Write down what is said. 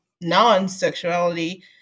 non-sexuality